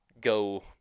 go